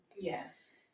Yes